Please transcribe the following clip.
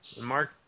Mark